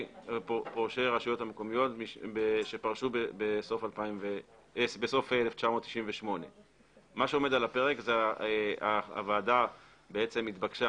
הרשויות המקומיות שפרשו בסוף 1998. הוועדה התבקשה